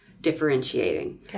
differentiating